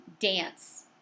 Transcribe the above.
dance